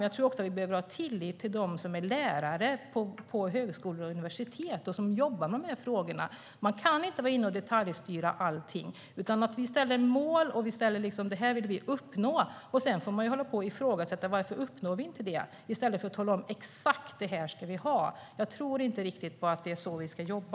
Jag tror att vi också behöver ha tillit till lärare på högskolor och universitet som jobbar med de här frågorna. Vi kan inte gå in och detaljstyra allting. Det är bättre att vi ställer upp mål för vad vi vill uppnå. Sedan får vi ifrågasätta varför vi inte uppnår dem i stället för att tala om att exakt det här ska vi ha. Jag tror inte riktigt på att det är så vi ska jobba.